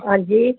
आं जी